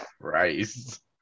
Christ